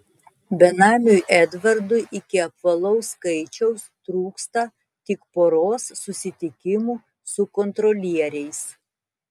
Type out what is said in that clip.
benamiui edvardui iki apvalaus skaičiaus trūksta tik poros susitikimų su kontrolieriais